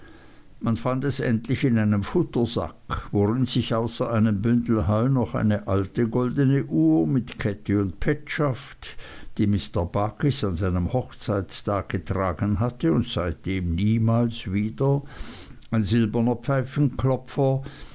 man fand es endlich in einem futtersack worin sich außer einem bündel heu noch eine alte goldne uhr mit kette und petschaft die mr barkis an seinem hochzeitstag getragen hatte und seitdem niemals wieder ein silberner